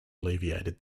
alleviated